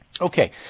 Okay